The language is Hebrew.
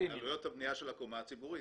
לעלויות הבנייה של הקומה הציבורית.